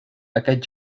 aquest